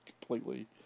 Completely